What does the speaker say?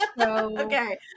okay